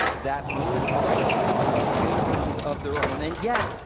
that would rightly be called universes of their own. and yet,